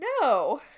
No